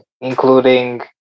including